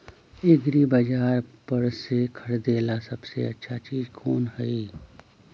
एग्रिबाजार पर से खरीदे ला सबसे अच्छा चीज कोन हई?